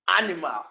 animal